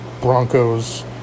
Broncos